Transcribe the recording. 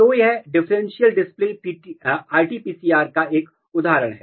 तो यह differential display RT PCR का एक उदाहरण है